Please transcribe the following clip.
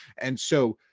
and so